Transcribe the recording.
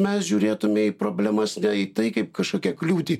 mes žiūrėtume į problemas ne į tai kaip kažkokią kliūtį